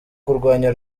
kurwanya